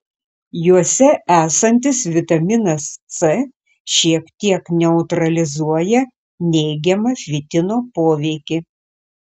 juose esantis vitaminas c šiek tiek neutralizuoja neigiamą fitino poveikį